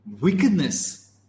wickedness